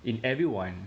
in everyone